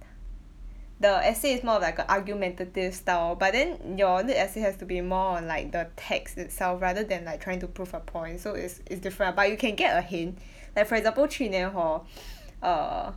the esssay is more of like a argumentative style but then your lit essay has to be more on like the text itself rather than like trying to prove a point so it's it's different lah but you can get a hint like for example 去年 hor err